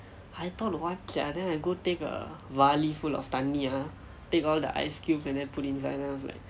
I thought what sia then I go take a வாளி:vaali full of தண்ணி:thanni ah take all the ice cubes and then put inside then I was like